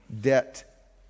Debt